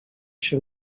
się